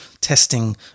testing